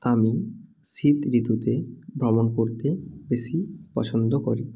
আমি শীত ঋতুতে ভ্রমণ করতে বেশি পছন্দ করি